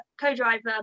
co-driver